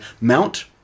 Mount